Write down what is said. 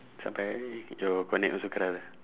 sampai your konek also keras ah